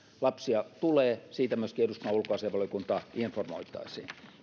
lapsia tulee siitä myöskin eduskunnan ulkoasiainvaliokuntaa informoitaisiin